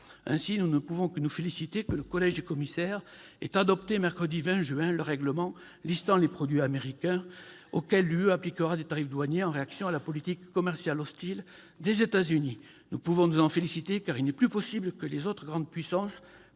Ainsi, nous ne pouvons que nous féliciter du fait que le collège des commissaires ait adopté, mercredi 20 juin, le règlement listant les produits américains auxquels l'UE appliquera des tarifs douaniers en réaction à la politique commerciale hostile des États-Unis. Nous pouvons nous en féliciter car il n'est plus possible que les autres grandes puissances